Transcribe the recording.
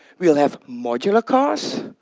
we'll have modular cars,